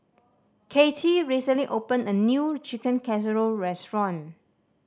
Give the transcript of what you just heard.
Cathy recently opened a new Chicken Casserole restaurant